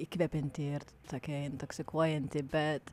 įkvepianti ir tokia intoksikuojanti bet